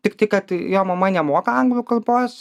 tik tik kad jo mama nemoka anglų kalbos